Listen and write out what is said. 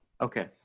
Okay